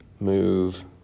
move